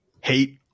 hate